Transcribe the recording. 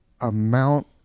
amount